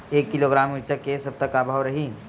एक किलोग्राम मिरचा के ए सप्ता का भाव रहि?